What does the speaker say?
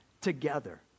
together